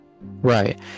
Right